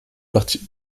parti